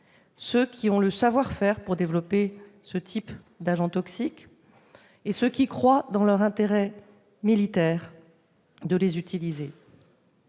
ceux qui détiennent le savoir-faire pour développer ce type d'agents toxiques et ceux qui croient dans leur intérêt militaire de les utiliser.